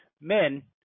men